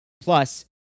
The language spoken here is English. Plus